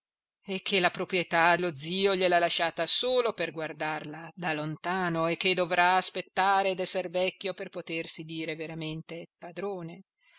e che la proprietà lo zio gliel'ha lasciata solo per guardarla da lontano e che dovrà aspettare d'esser vecchio per potersi dire veramente padrone